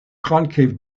concave